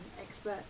expert